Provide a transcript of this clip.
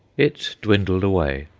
it dwindled away,